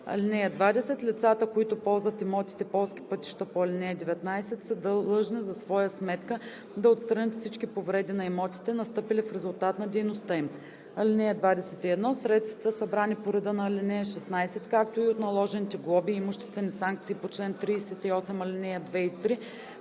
16. (20) Лицата, които ползват имотите – полски пътища по ал. 19, са длъжни за своя сметка да отстранят всички повреди на имотите, настъпили в резултат на дейността им. (21) Средствата, събрани по реда на ал. 16, както и от наложените глоби и имуществени санкции по чл. 38, ал. 2 и 3,